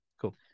cool